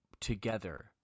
together